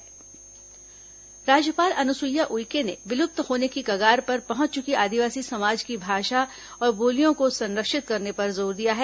राज्यपाल राज्यपाल अनुसुईया उइके ने विलुप्त होने की कगार पर पहुंच चुकी आदिवासी समाज की भाषा और बोलियां को संरक्षित करने पर जोर दिया है